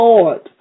Lord